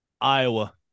Iowa